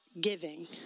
giving